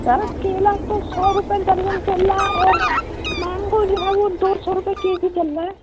سر کیلا تو سو روپئے درجن چل رہا ہے میںگو جو ہے وہ دو سو روپئے کے جی چل رہا ہے